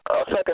second